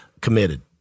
committed